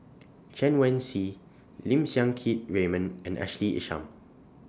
Chen Wen Hsi Lim Siang Keat Raymond and Ashley Isham